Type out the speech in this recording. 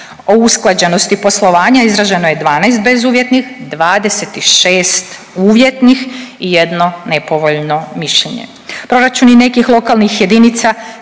O usklađenosti poslovanja izraženo je 12 bezuvjetnih, 26 uvjetnih i 1 nepovoljno mišljenje.